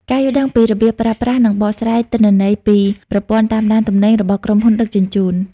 ការយល់ដឹងពីរបៀបប្រើប្រាស់ និងបកស្រាយទិន្នន័យពីប្រព័ន្ធតាមដានទំនិញរបស់ក្រុមហ៊ុនដឹកជញ្ជូន។